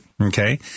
okay